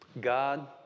God